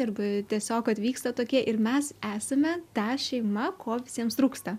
arba tiesiog atvyksta tokie ir mes esame ta šeima ko visiems trūksta